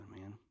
man